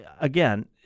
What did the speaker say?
again